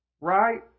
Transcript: Right